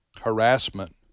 harassment